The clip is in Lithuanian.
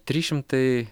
trys šimtai